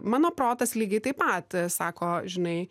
mano protas lygiai taip pat sako žinai